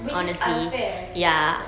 which is unfair actually